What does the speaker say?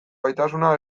gaitasuna